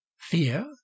fear